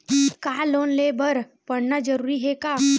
का लोन ले बर पढ़ना जरूरी हे का?